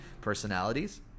personalities